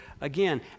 again